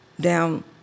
down